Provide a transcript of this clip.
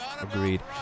Agreed